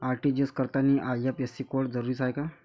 RTGS करतांनी IFSC code जरुरीचा हाय का?